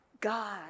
God